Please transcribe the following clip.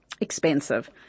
expensive